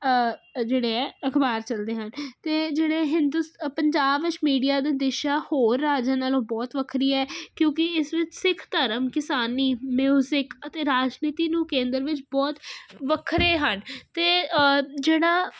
ਜਿਹੜੇ ਹੈ ਅਖ਼ਬਾਰ ਚਲਦੇ ਹਨ ਅਤੇ ਜਿਹੜੇ ਹਿੰਦੂਸ ਅ ਪੰਜਾਬ ਵਿੱਚ ਮੀਡੀਆ ਦੇ ਦਿਸ਼ਾ ਹੋਰ ਰਾਜਾਂ ਨਾਲੋਂ ਬਹੁਤ ਵੱਖਰੀ ਹੈ ਕਿਉਂਕਿ ਇਸ ਵਿੱਚ ਸਿੱਖ ਧਰਮ ਕਿਸਾਨੀ ਮਿਊਜ਼ਿਕ ਅਤੇ ਰਾਜਨੀਤੀ ਨੂੰ ਕੇਂਦਰ ਵਿੱਚ ਬਹੁਤ ਵੱਖਰੇ ਹਨ ਅਤੇ ਜਿਹੜਾ